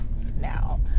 now